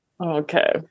Okay